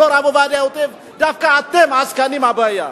לא הרב עובדיה, דווקא אתם, העסקנים, הבעיה.